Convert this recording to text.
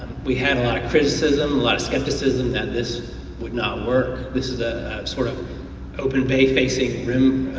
we had a lot of criticism, a lot of skepticism that this would not work, this is ah sort of an open bay facing rim,